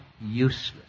useless